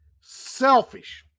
Selfish